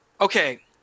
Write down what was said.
okay